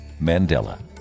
Mandela